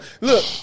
Look